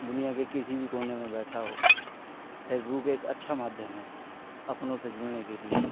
दुनिया के किसी भी कोने में बैठा हो फेसबुक एक अच्छा माध्यम है अपनों से जुड़ने के लिए